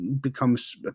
becomes